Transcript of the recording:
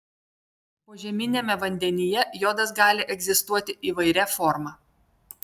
požeminiame vandenyje jodas gali egzistuoti įvairia forma